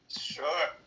Sure